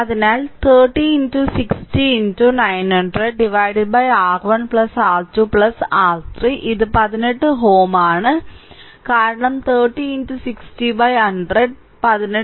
അതിനാൽ 30 60 900 R1 R2 R3 ഇത് 18Ω ആണ് കാരണം 30 60100 18Ω